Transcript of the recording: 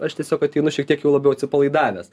aš tiesiog ateinu šiek tiek jau labiau atsipalaidavęs